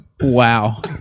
Wow